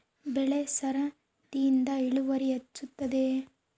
ಬೆಳೆ ಸರದಿಯಿಂದ ಇಳುವರಿ ಹೆಚ್ಚುತ್ತದೆಯೇ?